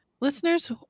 listeners